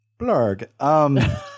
Blarg